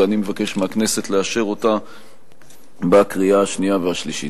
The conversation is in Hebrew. ואני מבקש מהכנסת לאשר אותה בקריאה השנייה ובקריאה השלישית.